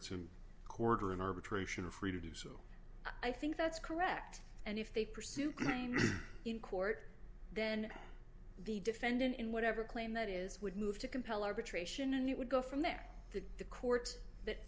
it's a quarter in arbitration or free to do so i think that's correct and if they pursued in court then the defendant in whatever claim that is would move to compel arbitration and it would go from there to the court that